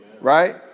Right